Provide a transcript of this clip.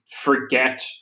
forget